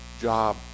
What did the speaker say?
job